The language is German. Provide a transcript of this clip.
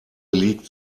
liegt